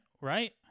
right